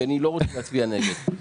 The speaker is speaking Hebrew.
כי אני לא רוצה להצביע נגד.